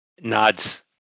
nods